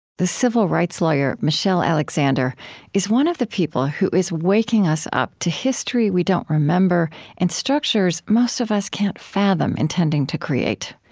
the civil rights lawyer michelle alexander is one of the people who is waking us up to history we don't remember and structures most of us can't fathom intending to create.